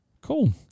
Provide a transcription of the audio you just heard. Cool